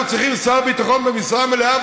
אנחנו צריכים שר ביטחון במשרה מלאה,